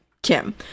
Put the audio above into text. Kim